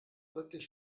wirklich